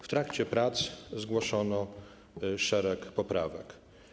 W trakcie prac zgłoszono szereg poprawek.